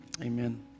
Amen